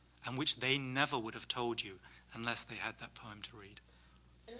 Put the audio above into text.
and which they never would have told you unless they had that poem to read.